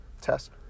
test